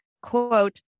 quote